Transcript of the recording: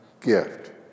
gift